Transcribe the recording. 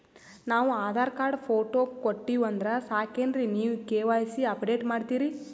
ನಾವು Aadhaar card, photo ಕೊಟ್ಟೀವಂದ್ರ ಸಾಕೇನ್ರಿ ನೀವ ಕೆ.ವೈ.ಸಿ ಅಪಡೇಟ ಮಾಡ್ತೀರಿ?